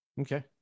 Okay